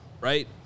Right